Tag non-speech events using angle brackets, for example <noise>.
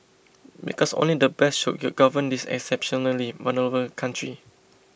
because only the best should <noise> govern this exceptionally vulnerable country